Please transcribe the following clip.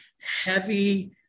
heavy